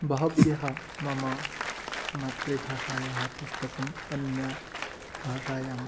बहवः मम मातृभाषायाः पुस्तकं अन्यभाषायाम्